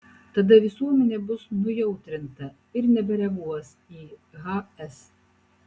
tada visuomenė bus nujautrinta ir nebereaguos į hs